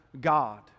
God